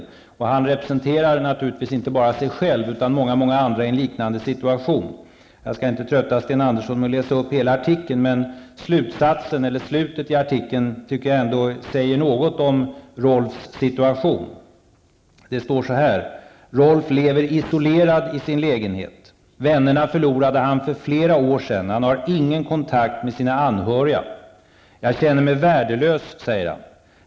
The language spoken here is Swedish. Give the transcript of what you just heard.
Denne Rolf representerar naturligtvis inte bara sig själv utan också många andra som befinner sig i en liknande situation. Jag skall inte trötta Sten Andersson med att läsa upp hela artikeln. Det som sägs i slutet av artikeln måste jag ändå kommentera, för det säger något om Rolfs situation. Det står så här: Rolf lever isolerad i sin lägenhet. Vännerna förlorade han för flera år sedan. Han har ingen kontakt med sina anhöriga. Jag känner mig värdelös, säger han.